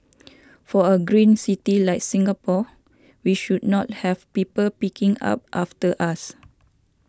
for a green city like Singapore we should not have people picking up after us